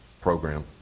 program